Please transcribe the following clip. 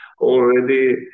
already